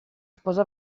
sposa